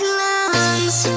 lungs